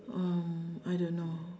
um I don't know